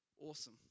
Awesome